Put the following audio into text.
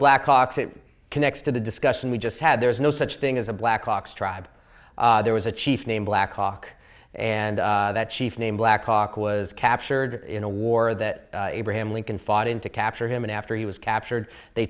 blackhawks it connects to the discussion we just had there is no such thing as a black box tribe there was a chief named black hawk and that chief named black hawk was captured in a war that abraham lincoln fought in to capture him and after he was captured they